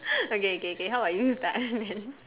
okay okay okay how about you start then